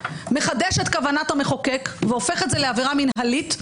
הוא מחדש את כוונת המחוקק והופך את זה לעבירה מנהלית,